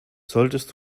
solltest